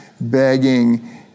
begging